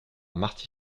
marty